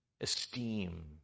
esteem